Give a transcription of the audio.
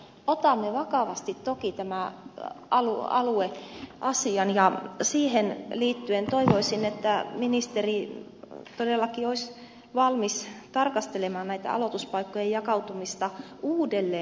otamme vakavasti toki tämän alueasian ja siihen liittyen toivoisin että ministeri todellakin olisi valmis tarkastelemaan näiden aloituspaikkojen jakautumista uudelleen